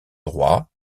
droit